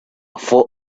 thought